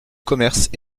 commerces